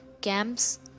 camps